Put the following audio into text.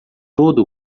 todo